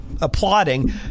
applauding